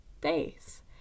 days